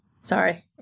Sorry